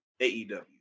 AEW